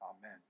Amen